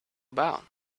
about